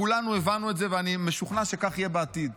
כולנו הבנו את זה, ואני משוכנע שכך יהיה בעתיד.